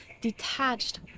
detached